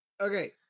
Okay